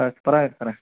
ആ പറ സാറേ